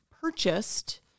purchased